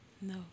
No